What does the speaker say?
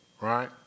Right